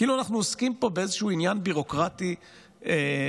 כאילו אנחנו עוסקים פה באיזשהו עניין ביורוקרטי פעוט.